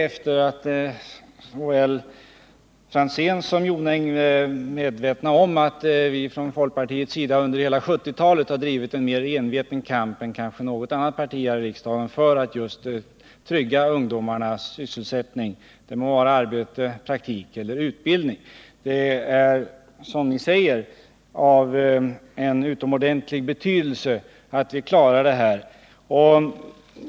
Såväl Tommy Franzén som Gunnel Jonäng är medvetna om att folkpartiet under 1970-talet har drivit en mer enveten kamp än kanske något annat parti för att trygga just ungdomarnas sysselsättning. Det må gälla arbete, praktik eller utbildning. Det är, som ni säger, av utomordentlig betydelse att vi klarar det här.